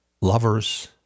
lovers